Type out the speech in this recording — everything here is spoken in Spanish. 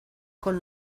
con